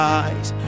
eyes